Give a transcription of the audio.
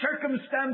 circumstances